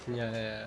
ya ya ya